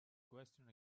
question